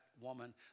woman